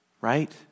right